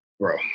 Bro